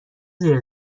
زیر